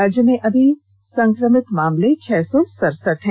राज्य में अभी संक्रमित मामले छह सौ सरसठ है